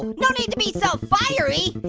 no need to be so fiery.